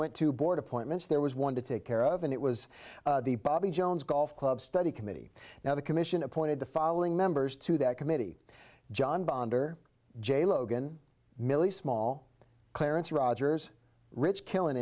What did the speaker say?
went to board appointments there was one to take care of and it was the bobby jones golf club study committee now the commission appointed the following members to that committee john bonder j logan milly's small clarence rogers rich kill